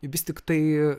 vis tiktai